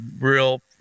real